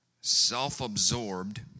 self-absorbed